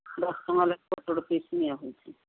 ଦଶ ଟଙ୍କା ଲେଖା ଗୋଟେ ଗୋଟେ ପିସ୍ ନିଆହେଉଛି